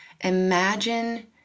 imagine